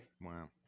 Wow